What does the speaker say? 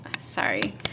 sorry